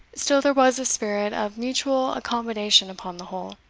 still there was a spirit of mutual accommodation upon the whole,